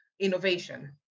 innovation